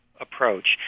approach